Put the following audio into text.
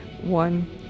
one